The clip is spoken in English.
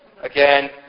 Again